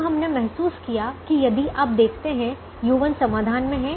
अब हमने महसूस किया कि यदि आप देखते हैं कि U1 समाधान में हैं